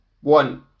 one